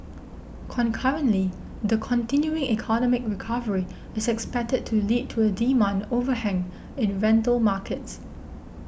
concurrently the continuing economic recovery is expected to lead to a demand overhang in rental markets